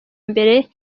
mbere